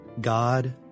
God